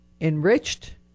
enriched